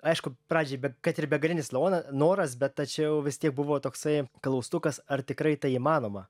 aišku pradžiai bet kad ir begalinis nora noras bet tačiau vis tiek buvo toksai klaustukas ar tikrai tai įmanoma